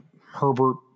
Herbert